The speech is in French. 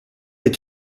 est